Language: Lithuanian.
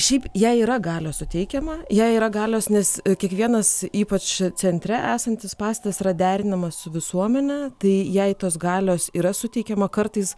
šiaip jai yra galios suteikiama jai yra galios nes kiekvienas ypač centre esantis pastatas yra derinamas su visuomene tai jai tos galios yra suteikiama kartais